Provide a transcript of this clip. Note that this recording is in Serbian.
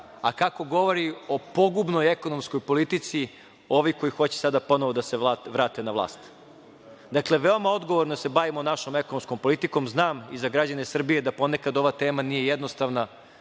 a kako govori o pogubnoj ekonomskoj politici ovih koji hoće sada ponovo da se vrate na vlast? Veoma odgovorno se bavimo našom ekonomskom politikom, znam i za građane Srbije da poneka ova tema nije jednostavna,